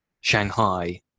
Shanghai